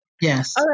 Yes